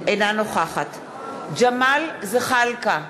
אינה נוכחת ג'מאל זחאלקה,